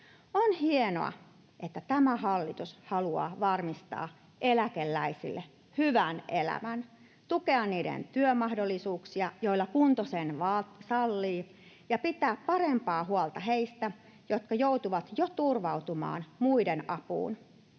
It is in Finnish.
On hienoa, että tämä hallitus haluaa varmistaa eläkeikäisille hyvän elämän, tukea niiden työmahdollisuuksia, joilla kunto sen sallii, ja pitää parempaa huolta heistä, jotka joutuvat jo turvautumaan muiden apuun.